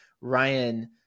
Ryan